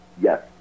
yes